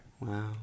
Wow